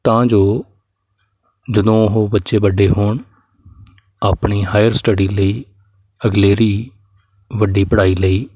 ਤਾਂ ਜੋ ਜਦੋਂ ਉਹ ਬੱਚੇ ਵੱਡੇ ਹੋਣ ਆਪਣੀ ਹਾਇਰ ਸਟਡੀ ਲਈ ਅਗਲੇਰੀ ਵੱਡੀ ਪੜ੍ਹਾਈ ਲਈ